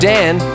Dan